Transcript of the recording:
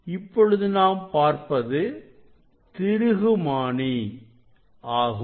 இப்பொழுது நாம் பார்ப்பது திருகு மானி ஆகும்